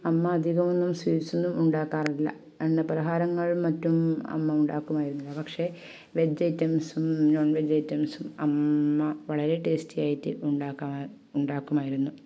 അമ്മ അധികമൊന്നും സ്വീറ്റ്സൊന്നും ഉണ്ടാക്കാറില്ല എണ്ണ പലഹാരങ്ങൾ മറ്റും അമ്മ ഉണ്ടാക്കുമായിരുന്നു പക്ഷേ വെജ് ഐറ്റംസും നോൺ വെജ് ഐറ്റംസും അമ്മ വളരെ ടേസ്റ്റിയായിട്ട് ഉണ്ടക്കാ ഉണ്ടാക്കുമായിരുന്നു